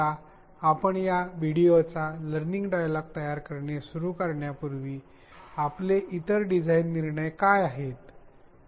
आता आपण या व्हिडिओचा लर्निंग डायलॉग तयार करणे सुरू करण्यापूर्वी आपले इतर डिझाइन निर्णय काय आहेत